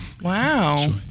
Wow